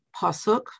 pasuk